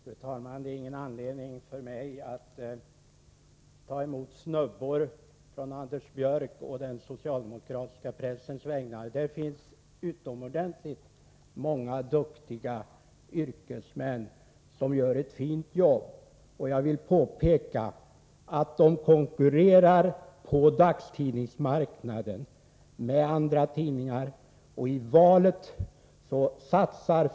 Fru talman! Det finns ingen anledning för mig att ta emot snubbor från Anders Björck på den socialdemokratiska pressens vägnar. Där finns utomordentligt många duktiga yrkesmän som gör ett fint jobb. Jag vill påpeka att de socialdemokratiska tidningarna konkurrerar på dagstidningsmarknaden med andra tidningar.